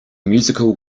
musical